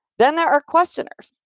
then there are questioners.